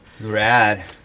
Rad